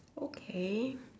okay